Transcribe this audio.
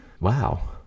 Wow